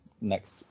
next